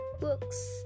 books